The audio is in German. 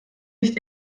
nicht